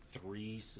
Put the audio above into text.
three